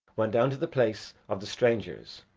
went down to the place of the strangers,